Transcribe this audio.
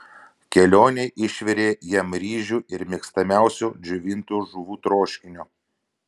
kelionei išvirė jam ryžių ir mėgstamiausio džiovintų žuvų troškinio